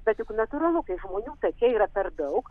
bet juk natūralu kai žmonių take yra per daug